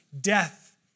Death